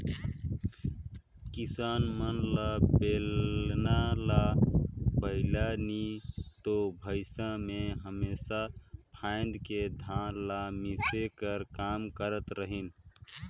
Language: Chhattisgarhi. किसान मन बेलना ल बइला नी तो भइसा मे हमेसा फाएद के धान ल मिसे कर काम करत रहिन